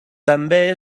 també